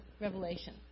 Revelation